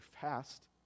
fast